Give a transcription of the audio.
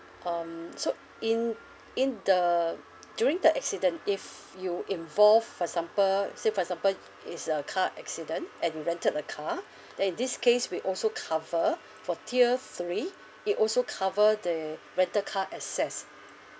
um so in in the during the accident if you involve for example say for example it's a car accident and you rented a car then in this case we also cover for tier three it also cover the rental car access